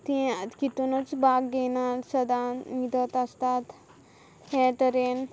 तीं आज खितुनूच भाग घेयनात सदां न्हिदत आसतात हे तरेन